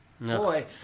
Boy